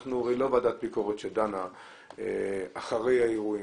אנחנו הרי לא ועדת ביקורת שדנה אחרי האירועים.